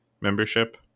membership